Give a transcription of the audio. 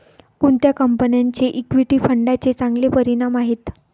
कोणत्या कंपन्यांचे इक्विटी फंडांचे चांगले परिणाम आहेत?